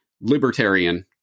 libertarian